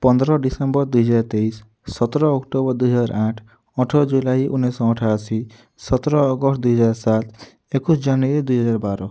ପନ୍ଦର ଡିସେମ୍ବର ଦୁଇ ହଜାର ତେଇଶି ସତର ଅକ୍ଟୋବର ଦୁଇ ହଜାର ଆଠ ଅଠର ଜୁଲାଇ ଉଣେଇଶି ଶହ ଅଠାଅଶୀ ସତର ଅଗଷ୍ଟ ଦୁଇ ହଜାର ସାତ ଏକୋଇଶି ଶହ ଜାନୁୟାରୀ ଦୁଇ ହଜାର ବାର